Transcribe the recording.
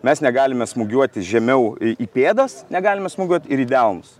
mes negalime smūgiuoti žemiau į pėdas negalime smūgiuoti ir į delnus